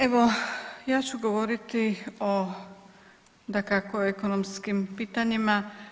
Evo ja ću govoriti o dakako ekonomskim pitanjima.